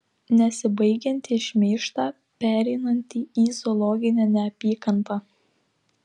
nesibaigiantį šmeižtą pereinantį į zoologinę neapykantą